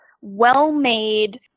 well-made